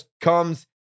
Comes